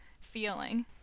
feeling